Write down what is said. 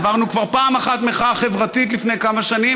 עברנו כבר פעם אחת מחאה חברתית לפני כמה שנים,